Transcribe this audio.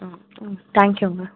ஆ ஆ தேங்க்யூங்க